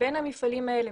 מבין המפעלים האלה,